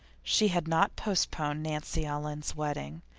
she had not postponed nancy ellen's wedding.